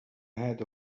ahead